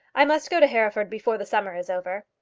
i must go to hereford before the summer is over.